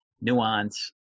nuance